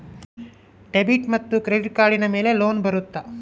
Debit ಮತ್ತು credit ಕಾರ್ಡಿನ ಮೇಲೆ ಲೋನ್ ಬರುತ್ತಾ?